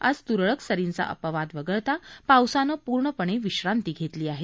आज तुरळक सरींचा अपवाद वगळता पावसानं पूर्णपणे विश्रांती घेतली आहे